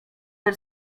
ten